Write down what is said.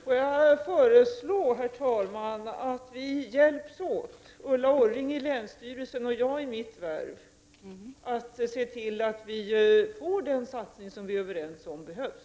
Herr talman! Får jag föreslå att vi hjälps åt, Ulla Orring i länsstyrelsen och jag i mitt värv, att se till att vi får den satsning som vi är överens om behövs.